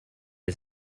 its